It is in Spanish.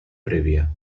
previa